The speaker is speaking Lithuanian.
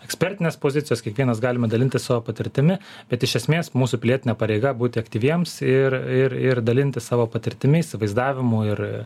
ekspertinės pozicijos kiekvienas galime dalintis savo patirtimi bet iš esmės mūsų pilietinė pareiga būti aktyviems ir ir ir dalintis savo patirtimi įsivaizdavimu ir